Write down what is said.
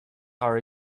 are